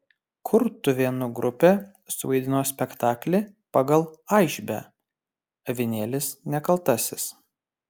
kurtuvėnų grupė suvaidino spektaklį pagal aišbę avinėlis nekaltasis